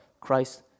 Christ